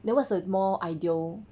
then what's the more ideal